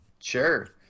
Sure